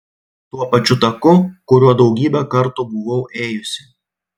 tuo pačiu taku kuriuo daugybę kartų buvau ėjusi